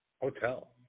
Hotel